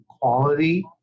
quality